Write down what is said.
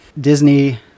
Disney